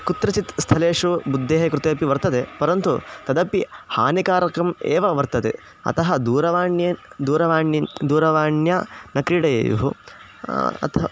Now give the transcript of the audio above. कुत्रचित् स्थलेषु बुद्देः कृते अपि वर्तते परन्तु तदपि हानिकारकम् एव वर्तते अतः दूरवाण्या दूरवाण्या दूरवाण्या न क्रीडेयुः अतः